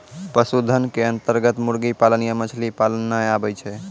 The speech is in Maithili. पशुधन के अन्तर्गत मुर्गी पालन या मछली पालन नाय आबै छै